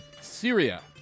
Syria